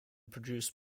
produced